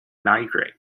migrate